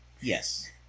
Yes